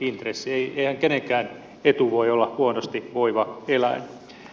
eihän kenenkään etu voi olla huonosti voiva eläin